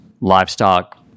livestock